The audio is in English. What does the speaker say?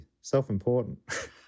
self-important